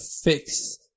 fix